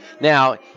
Now